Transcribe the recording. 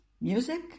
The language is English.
music